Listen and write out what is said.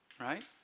Right